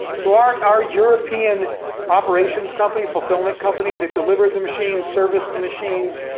so our our european operations company, fulfillment company, that delivered the machines, serviced the machines,